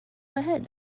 ahead